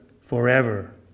forever